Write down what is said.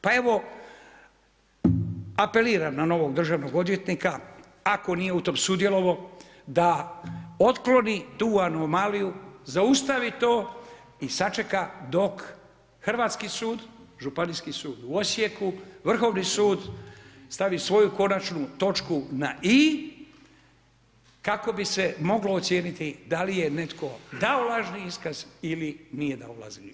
Pa evo, apeliram na novog državnog odvjetnika, ako nije u tom sudjelovao, da otkloni tu anomaliju, zaustavi to i sačeka dok hrvatski sud, županijski sud u Osijeku, Vrhovni sud, stavi svoju konačnu točku na I kako bi se moglo ocijeniti dali je netko dao lažni iskaz ili nije dao lažni iskaz.